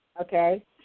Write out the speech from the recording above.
okay